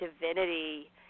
Divinity